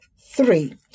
three